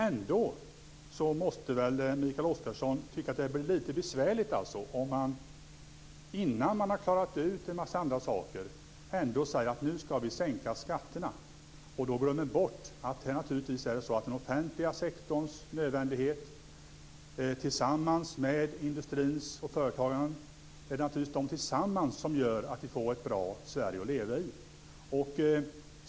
Ändå måste Mikael Oscarsson tycka att det är besvärligt om man innan man har klarat ut en mängd saker ändå säger att skatterna ska sänkas och då glömmer bort att den offentliga sektorns nödvändighet tillsammans med industrin och företagarna gör att vi får ett bra Sverige att leva i.